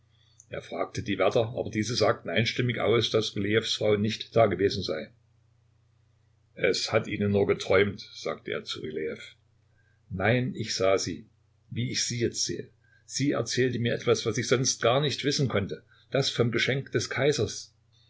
er fragte die wärter aber diese sagten einstimmig aus daß rylejews frau nicht dagewesen sei es hat ihnen nur geträumt sagte er zu rylejew nein ich sah sie wie ich sie jetzt sehe sie erzählte mir etwas was ich sonst gar nicht wissen konnte das vom geschenk des kaisers